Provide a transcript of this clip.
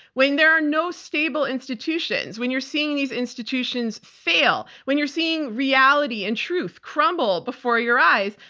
when there are no stable institutions, when you're seeing and these institutions fail, when you're seeing reality and truth crumble before your eyes,